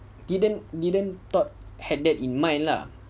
didn't didn't thought had that in mind lah